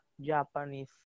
Japanese